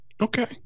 Okay